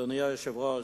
אדוני היושב-ראש,